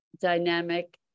dynamic